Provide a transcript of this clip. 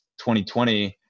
2020